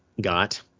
got